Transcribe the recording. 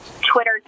Twitter